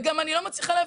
וגם אני לא מצליחה להבין,